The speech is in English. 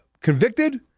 convicted